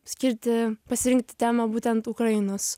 skirti pasirinkti temą būtent ukrainos